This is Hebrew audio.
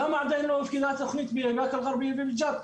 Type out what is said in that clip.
למה עדיין לא הופקדה התכנית מבקה אלגברייה ומג'ת.